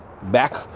back